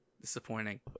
Disappointing